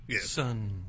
son